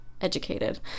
educated